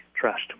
trust